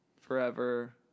forever